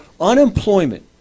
unemployment